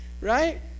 Right